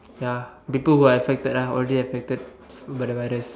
ya people who are affected ah already affected by the virus